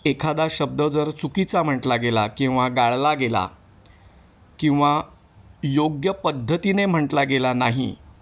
एखादा शब्द जर चुकीचा म्हटला गेला किंवा गाळला गेला किंवा योग्य पद्धतीने म्हटला गेला नाही